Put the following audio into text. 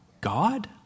God